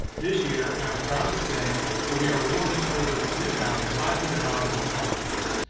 this year i am proud to say that we are awarding over three thousand five hundred dollars in scholarships.